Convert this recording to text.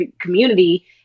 community